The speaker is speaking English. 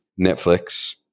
Netflix